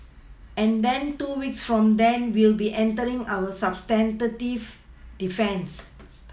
and then two weeks from then we'll be entering our substantive defence